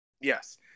Yes